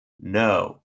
no